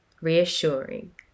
reassuring